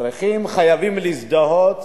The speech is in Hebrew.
צריכים וחייבים להזדהות